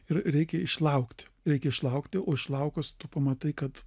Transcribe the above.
ir reikia išlaukti reikia išlaukti o išlaukus tu pamatai kad